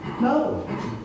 No